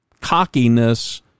cockiness